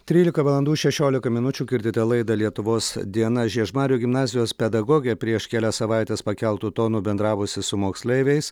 trylika valandų šešiolika minučių girdite laidą lietuvos diena žiežmarių gimnazijos pedagogė prieš kelias savaites pakeltu tonu bendravusi su moksleiviais